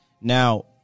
Now